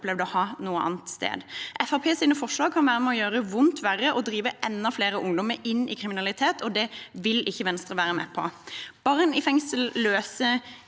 opplevd å ha noe annet sted. Fremskrittspartiets forslag kan være med på å gjøre vondt verre og drive enda flere ungdommer inn i kriminalitet, og det vil ikke Venstre være med på. Barn i fengsel løser